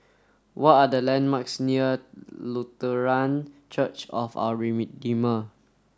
what are the landmarks near Lutheran Church of Our